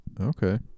Okay